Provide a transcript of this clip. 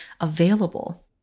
available